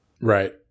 Right